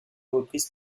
reprise